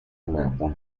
annata